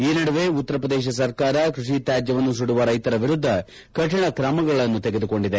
ಈ ನಡುವೆ ಉತ್ತರಪ್ರದೇಶ ಸರ್ಕಾರ ಕ್ಪಡಿ ತ್ಯಾಜ್ಯವನ್ನು ಸುಡುವ ರೈತರ ವಿರುದ್ದ ಕಠಿಣ ಕ್ರಮಗಳನ್ನು ತೆಗೆದುಕೊಂಡಿದೆ